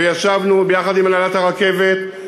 וישבנו ביחד עם הנהלת הרכבת,